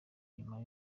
nyuma